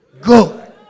good